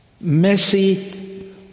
messy